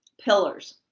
pillars